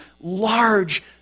large